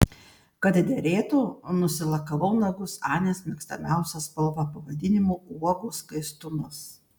kad derėtų nusilakavau nagus anės mėgstamiausia spalva pavadinimu uogų skaistumas